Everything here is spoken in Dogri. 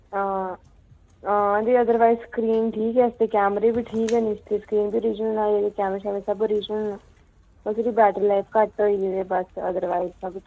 हां हां ते अदरवाइस स्क्रीन ठीक ऐ इसदे कैमरे बी ठीक न इसदे स्क्रीन बी ओरिजिनल ऐ कैमरे शैमरे बी ओरिजिनल न बाकी जो बैटरी लाइफ घट्ट होई दी ते बस अदरवाइज सब किश